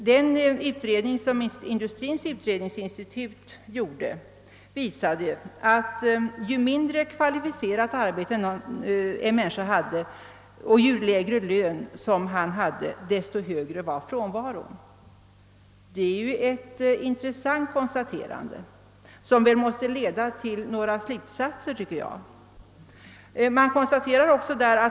Den utredning som Industriens utredningsinstitut gjorde visade att ju mindre kvalificerat arbete en människa hade och ju lägre lön hon hade, desto högre var frånvaron. Det är ju ett intressant konstaterande, som jag tycker borde leda till några slutsatser.